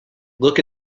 look